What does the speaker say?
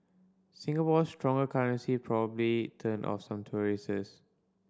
Singapore's stronger currency probably turned off some